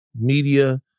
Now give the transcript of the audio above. media